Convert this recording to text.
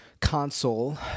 console